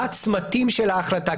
מה הצמתים של ההחלטה.